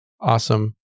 awesome